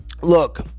look